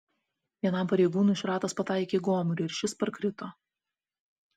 vienam pareigūnui šratas pataikė į gomurį ir šis parkrito